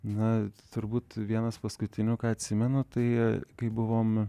na turbūt vienas paskutinių ką atsimenu tai kai buvom